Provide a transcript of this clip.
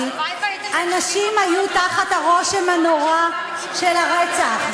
הנשים היו תחת הרושם הנורא של הרצח.